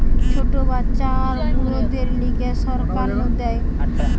ছোট বাচ্চা আর বুড়োদের লিগে সরকার নু দেয়